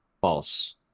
false